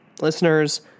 listeners